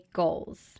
goals